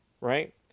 right